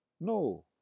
No